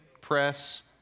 press